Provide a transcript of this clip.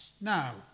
Now